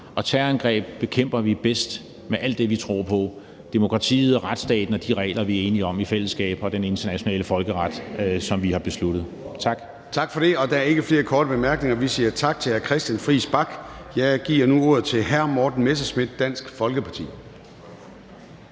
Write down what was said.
og terrorangreb bekæmper vi bedst med alt det, vi tror på: demokratiet, retsstaten, de regler, vi er enige om i fællesskab, og den internationale folkeret, som vi har besluttet. Tak. Kl. 11:18 Formanden (Søren Gade): Tak for det. Der er ikke flere korte bemærkninger, og vi siger tak til hr. Christian Friis Bach. Jeg giver nu ordet til hr. Morten Messerschmidt, Dansk Folkeparti.